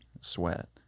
sweat